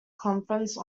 conference